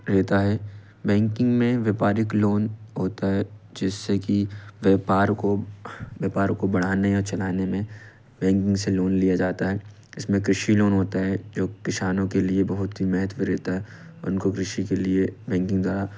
रहता है बेंकिंग में व्यापारिक लोन होता है जिससे की व्यापार को व्यापार को बढ़ाने या चलाने में बेंकिंग से लोन लिया जाता है इसमें कृषि लोन होता है जो किसानों के लिए बहुत महत्वपूर्ण रहता है उनको कृषि के लिए बेंकिंग द्वारा